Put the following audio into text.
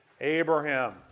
Abraham